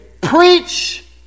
Preach